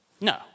No